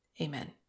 Amen